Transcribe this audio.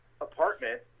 apartment